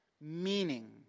Meaning